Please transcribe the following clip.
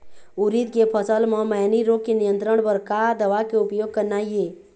उरीद के फसल म मैनी रोग के नियंत्रण बर का दवा के उपयोग करना ये?